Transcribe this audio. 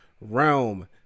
realm